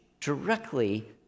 directly